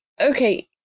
okay